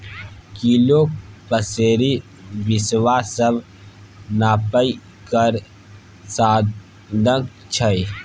kilo, पसेरी, बिसवा सब नापय केर साधंश छै